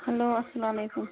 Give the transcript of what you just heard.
hello اَسلام علیکُم